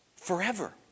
Forever